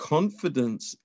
Confidence